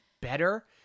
better